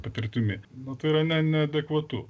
patirtimi nu to yra ne neadekvatu